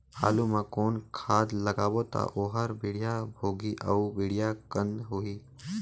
आलू मा कौन खाद लगाबो ता ओहार बेडिया भोगही अउ बेडिया कन्द होही?